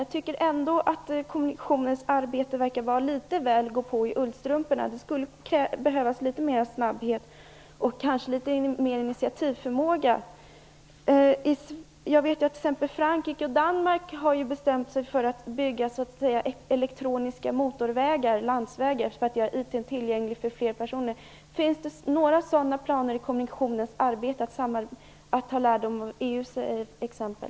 Jag tycker att kommissionens arbete verkar vara litet väl att gå på i ullstrumporna. Det skulle behövas litet mera snabbhet och kanske litet mer initiativförmåga. Jag vet att Frankrike och Danmark har bestämt sig för att bygga s.k. elektroniska motorvägar för att göra IT tillgänglig för fler personer. Finns det något uppdrag i kommissionens arbete att ta lärdom av EU:s exempel?